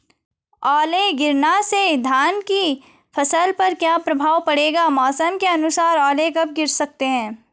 ओले गिरना से धान की फसल पर क्या प्रभाव पड़ेगा मौसम के अनुसार ओले कब गिर सकते हैं?